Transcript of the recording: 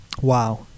wow